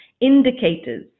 indicators